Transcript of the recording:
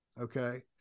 okay